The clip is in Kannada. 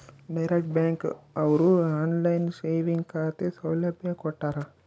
ಡೈರೆಕ್ಟ್ ಬ್ಯಾಂಕ್ ಅವ್ರು ಆನ್ಲೈನ್ ಸೇವಿಂಗ್ ಖಾತೆ ಸೌಲಭ್ಯ ಕೊಟ್ಟಾರ